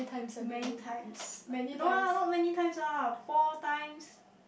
many times no lah not many times lah four times